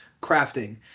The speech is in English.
crafting